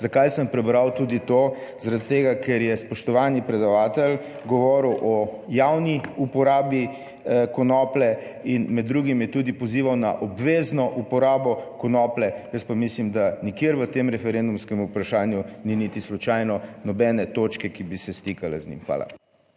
Zakaj sem prebral tudi to? Zaradi tega, ker je spoštovani predavatelj govoril o javni uporabi konoplje in med drugim je tudi pozival na obvezno uporabo konoplje, jaz pa mislim, da nikjer v tem referendumskem vprašanju ni niti slučajno nobene točke, ki bi se stikale z njim. Hvala.